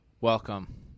Welcome